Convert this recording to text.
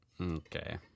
Okay